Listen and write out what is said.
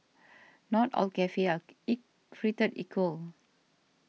not all cafes are created equal